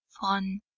fun